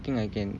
I think I can